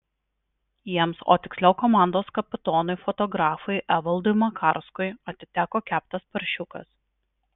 jiems o tiksliau komandos kapitonui fotografui evaldui makarskui atiteko keptas paršiukas